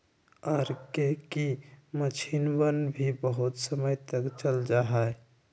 R K की मक्षिणवन भी बहुत समय तक चल जाहई